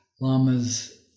Lamas